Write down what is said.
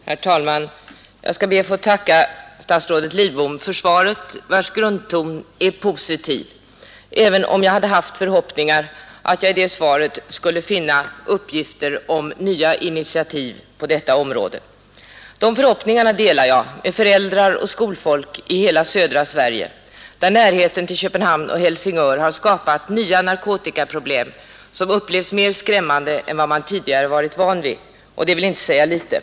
Herr talman! Jag skall be att få tacka statsrådet Lidbom för svaret, vars grundton är positiv. Jag hade dock haft förhoppningar att i svaret finna uppgifter om nya initiativ på detta område. Dessa förhoppningar delar jag med föräldrar och skolfolk i hela södra Sverige, där närheten till Köpenhamn och Helsingör har skapat nya narkotikaproblem som upplevs som mera skrämmande än man tidigare varit van vid, och det vill inte säga litet.